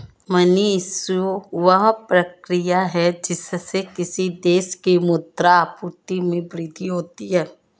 money issue, वह प्रक्रिया है जिससे किसी देश की मुद्रा आपूर्ति में वृद्धि होती है